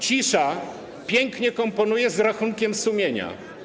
Cisza pięknie komponuje się z rachunkiem sumienia.